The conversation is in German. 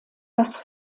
das